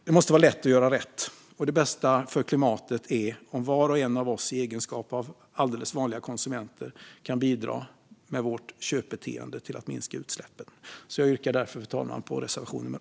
Det måste vara lätt att göra rätt, och det bästa för klimatet är om var och en av oss i egenskap av alldeles vanlig konsument kan bidra med vårt köpbeteende till att minska utsläppen. Jag yrkar därför bifall till reservation 8.